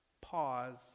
pause